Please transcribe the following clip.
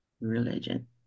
religion